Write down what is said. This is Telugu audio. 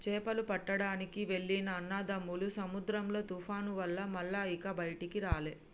చేపలు పట్టడానికి వెళ్లిన అన్నదమ్ములు సముద్రంలో తుఫాను వల్ల మల్ల ఇక బయటికి రాలే